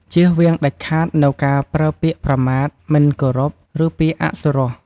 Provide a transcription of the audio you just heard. ជៀសវាងដាច់ខាតនូវការប្រើពាក្យប្រមាថ មិនគោរព ឬពាក្យ ពារី អសុរោះ។